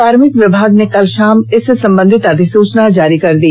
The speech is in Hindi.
कार्भिक विभाग ने कल शाम इससे संबंधित अधिसूचना जारी कर दी